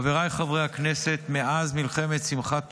חבריי חברי הכנסת, מאז מלחמת שמחת תורה,